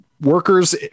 workers